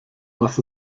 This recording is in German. was